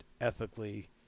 ethically